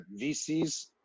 VCs